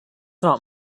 not